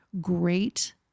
great